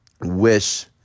wish